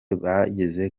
bageze